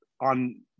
on